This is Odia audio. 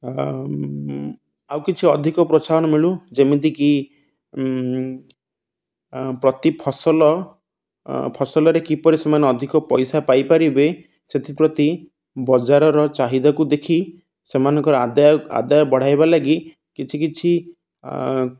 ଆଉ କିଛି ଅଧିକ ପ୍ରୋତ୍ସାହନ ମିଳୁ ଯେମିତିକି ପ୍ରତି ଫସଲ ଫସଲରେ କିପରି ସେମାନେ ଅଧିକ ପଇସା ପାଇପାରିବେ ସେଥିପ୍ରତି ବଜାରର ଚାହିଦାକୁ ଦେଖି ସେମାନଙ୍କର ଆଦାୟ ଆଦାୟ ବଢ଼ାଇବ ଲାଗି କିଛି କିଛି